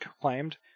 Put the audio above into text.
claimed